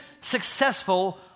successful